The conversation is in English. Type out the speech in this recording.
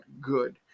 good